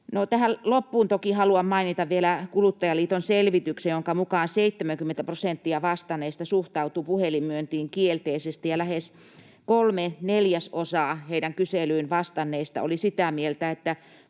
tähän loppuun toki haluan mainita vielä Kuluttajaliiton selvityksen, jonka mukaan 70 prosenttia vastanneista suhtautui puhelinmyyntiin kielteisesti ja lähes kolme neljäsosaa heidän kyselyynsä vastanneista oli sitä mieltä, että